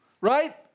right